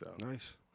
Nice